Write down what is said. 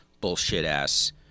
bullshit-ass